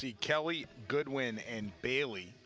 see kelly goodwin and bailey